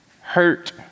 hurt